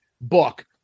book